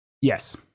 Yes